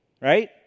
Right